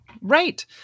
Right